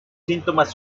síntomas